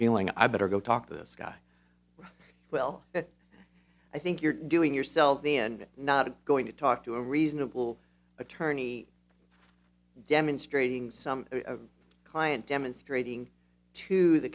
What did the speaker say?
feeling i better go talk to this guy well that i think you're doing yourself the end not going to talk to a reasonable attorney demonstrating some client demonstrating to the